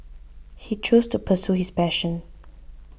he chose to pursue his passion